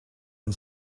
and